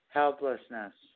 helplessness